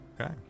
Okay